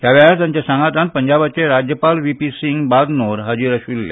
ह्या वेळार तांच्या सांगातान पंजाबाचे राज्यपाल वीपी सिंग बादनोर हाजीर आशिल्ले